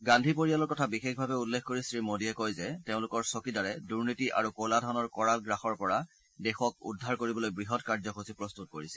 গান্ধী পৰিয়ালৰ কথা বিশেষভাৱে উল্লেখ কৰি শ্ৰীমোডীয়ে কয় যে তেওঁলোকৰ চকীদাৰে দুনীতি আৰু ক'লা ধনৰ কৰাল গ্ৰাসৰ পৰা দেশক উদ্ধাৰ কৰিবলৈ বৃহৎ কাৰ্যসূচী প্ৰস্তুত কৰিছে